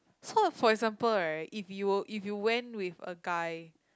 so for example right if you would if you went with a guy